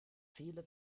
viele